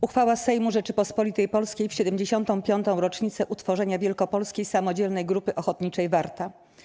Uchwała Sejmu Rzeczypospolitej Polskiej w 75. rocznicę utworzenia Wielkopolskiej Samodzielnej Grupy Ochotniczej 'Warta'